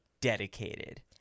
dedicated